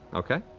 okay,